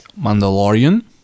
mandalorian